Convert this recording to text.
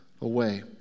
away